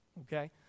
Okay